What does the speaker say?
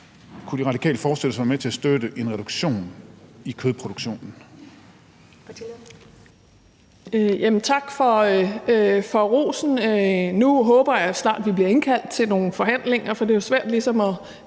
kunne De Radikale så forestille sig at være med til at støtte en reduktion af kødproduktionen?